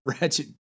Ratchet